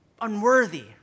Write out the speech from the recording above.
unworthy